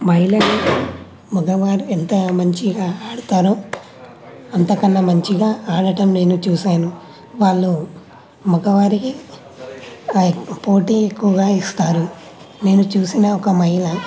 మహిళలు మగవారు ఎంత మంచిగా ఆడతారు అంతకన్నా మంచిగా ఆడటం నేను చూసాను వాళ్ళు మగవారికి పోటీ ఎక్కువగా ఇస్తారు నేను చూసిన ఒక మహిళ